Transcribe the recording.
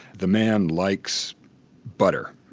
the man likes butter.